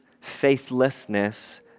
faithlessness